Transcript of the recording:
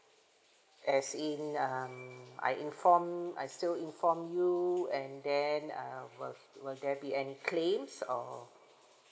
as in um I inform I still inform you and then will will there be any claims or